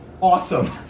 awesome